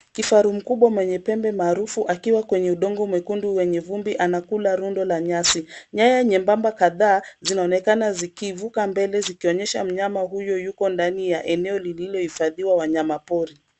Kifaru mkubwa mwenye pembe maarufu akiwa kwenye udongo mwekundu wenye vumbi anakula rundo la nyasi. Nyaya nyembamba kadhaa zinaonekana zikivuka mbele zikionyesha mnyama huyo yuko ndani ya eneo lililohifadhiwa wanyama pori.